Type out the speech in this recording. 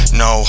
no